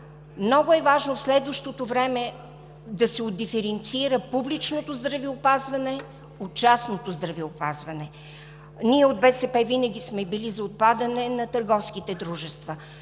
много е важно в следващото време да се отдиференцира публичното здравеопазване от частното здравеопазване. Ние от БСП винаги сме били за отпадане на търговските дружества